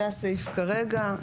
זה הסעיף כרגע.